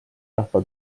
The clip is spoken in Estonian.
rahva